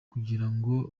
kugirango